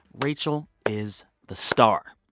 rachel is the star.